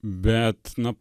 bet na